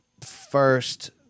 first